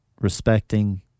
respecting